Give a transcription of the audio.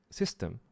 system